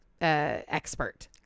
expert